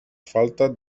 falta